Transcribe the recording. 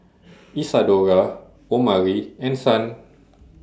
Isadora Omari and Son